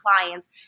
clients